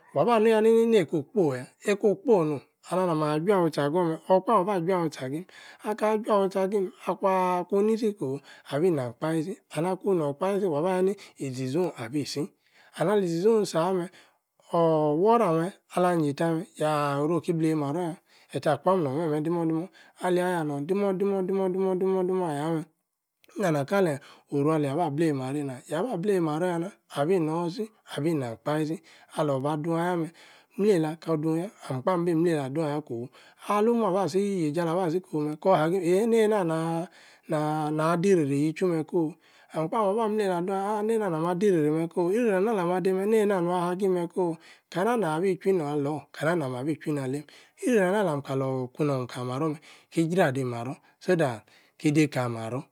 Waba-nu-yanini-neika-okpoi-yah, eika okpoi-nom onu-nayor-nama jwua-wu-tchi agor-meh, okpa-wa-ba jwua-wutchi agim, aka-jwua-wutchi agim, akwaaah, akun-nisi kowu, abi-nam-kpa-isi and akun-nor-kpa-isi, waba-yanini-izi-zohn abi-si and ali-izi-zohn-sis ah-meh, ooorh, woror-ameh ala-nyeita-meh-yaah-orwuo-ki bleiyi marror yaah etah kpam, non-meh-meh dimor-dimor, oueyi-ayah-non dimor-dimor-dimor-dimor-dimor-dimor-dimor-ayah-meh, inana-kaleyi orualeyi-ah bah-bleyi-maror eina-meh, yaba-bleyi-marror yana, abi-nor-si, abi-nam-kpa-isi, alor-ba-du-ayah-meh mlei-la kor dun-yah, dmkpa-bi mlei-la-adun-ayah kofu, alo-mu aba-si-yii yeji ala-ba-si-kofu-meh, kor-hagim eeehei neina-naaah-nah-na-diri-ri yichwu meh kob, amkpa, ba-mlei-la adun-ayah, aah neina-na-ma diri-ri-meh koh, iri-ri-ana-lamah dei-meh, neina nua-hagim meh-koh, kana-na bi chwui na-lor, kana-na-bi chwui na leim iri-ri-ana alam-kalor ikwun norn kali-maror meh ki-jra-di-maror so-that ki-dei kali-maror